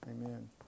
Amen